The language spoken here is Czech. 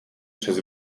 přes